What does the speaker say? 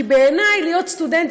כי בעיני להיות סטודנט,